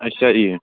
ਅੱਛਾ ਜੀ